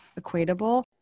equatable